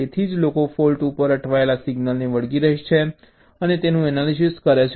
તેથી જ લોકો ફૉલ્ટ ઉપર અટવાયેલા સિંગલને વળગી રહે છે અને તેનું એનાલિસિસ કરે છે